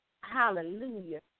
Hallelujah